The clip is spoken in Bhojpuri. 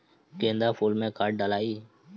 गेंदा फुल मे खाद डालाई?